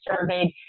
surveyed